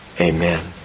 Amen